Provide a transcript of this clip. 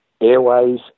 airways